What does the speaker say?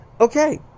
okay